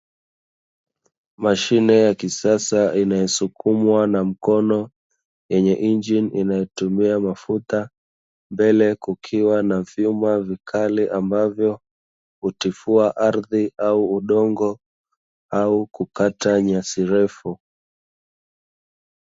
Mashine ya kisasa inayosukumwa na mkono, yenye injini inayotumia mafuta. Mbele kukiwa na vyuma vikali ambavyo hutifua ardhi au udongo au kukata nyasi refu.